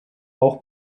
auch